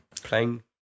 playing